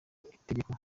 itegeko